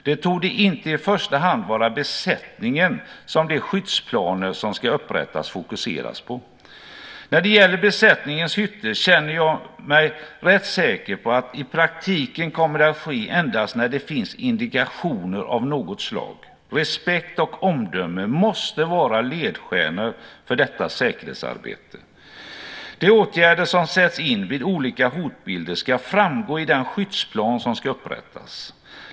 Det torde inte i första hand vara besättningen som de skyddsplaner som ska upprättas fokuserar på. När det gäller besättningens hytter känner jag mig rätt säker på att detta i praktiken kommer att ske endast när det finns indikationer av något slag. Respekt och omdöme måste vara ledstjärnor för detta säkerhetsarbete. De åtgärder som sätts in vid olika hotbilder ska framgå i den skyddsplan som ska upprättas.